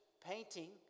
painting